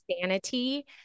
sanity